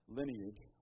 lineage